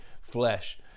flesh